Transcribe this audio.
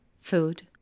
food